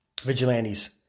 Vigilantes